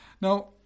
Now